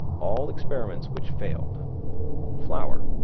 all experiments which failed flour.